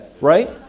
Right